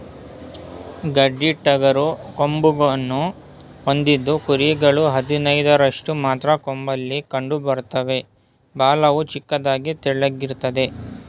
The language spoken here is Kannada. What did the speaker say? ಗಡ್ಡಿಟಗರು ಕೊಂಬನ್ನು ಹೊಂದಿದ್ದು ಕುರಿಗಳು ಹದಿನೈದರಷ್ಟು ಮಾತ್ರ ಕೊಂಬಲ್ಲಿ ಕಂಡುಬರ್ತವೆ ಬಾಲವು ಚಿಕ್ಕದಾಗಿ ತೆಳ್ಳಗಿರ್ತದೆ